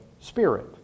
spirit